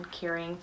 caring